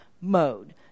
mode